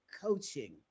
coaching